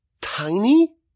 tiny